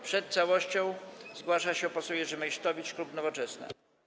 Przed całością zgłasza się poseł Jerzy Meysztowicz, klub Nowoczesna.